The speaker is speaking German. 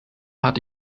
hatte